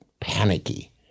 panicky